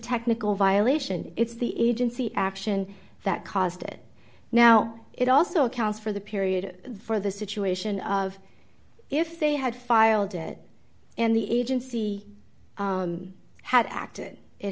technical violation it's the agency action that caused it now it also accounts for the period for the situation of if they had filed it and the agency had acted it